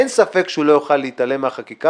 אין ספק שהוא לא יוכל להתעלם מהחקיקה